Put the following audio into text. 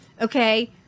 Okay